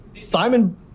Simon